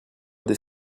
des